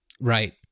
right